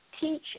teach